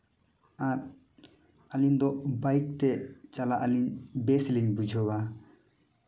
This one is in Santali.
ᱟᱨ ᱟᱹᱞᱤᱧ ᱫᱚ ᱵᱟᱭᱤᱠᱛᱮ ᱪᱟᱞᱟᱜ ᱟᱹᱞᱤᱧ ᱵᱮᱥ ᱞᱤᱧ ᱵᱩᱷᱟᱹᱣᱟ